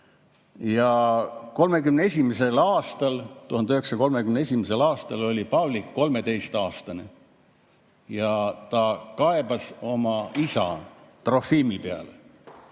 1. 1931. aastal oli Pavlik 13‑aastane ja ta kaebas oma isa Trofimi peale.